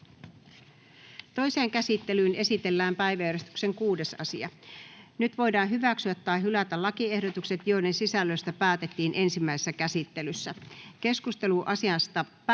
Toiseen käsittelyyn esitellään päiväjärjestyksen 11. asia. Nyt voidaan hyväksyä tai hylätä lakiehdotus, jonka sisällöstä päätettiin ensimmäisessä käsittelyssä. Keskustelu asiasta päättyi